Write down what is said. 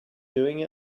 doing